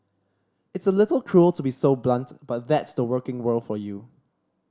it's a little cruel to be so blunt but that's the working world for you